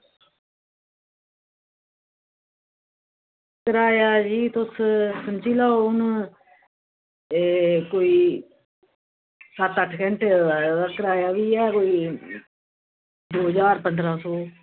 किराया जी तुस समझी लैओ हून ते एह् कोई सत्त अट्ठ घैंटे दा किराया बी ऐ कोई दौ ज्हार पंद्रहां सौ